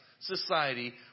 society